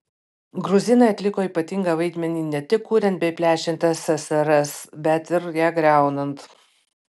gruzinai atliko ypatingą vaidmenį ne tik kuriant bei plečiant ssrs bet ir ją griaunant